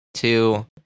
Two